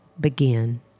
begin